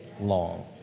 long